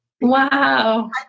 Wow